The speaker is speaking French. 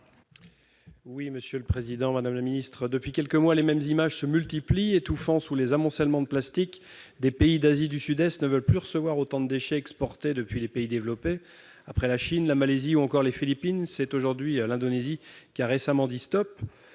parole est à M. Frédéric Marchand. Depuis quelques mois, les mêmes images se multiplient : étouffant sous les amoncellements de plastiques, des pays d'Asie du Sud-Est ne veulent plus recevoir autant de déchets exportés depuis les pays développés. Après la Chine, la Malaisie ou encore les Philippines, l'Indonésie a récemment dit « stop